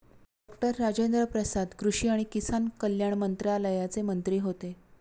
doctor Rajendra Prasad कृषी आणि किसान कल्याण मंत्रालयाचे मंत्री होते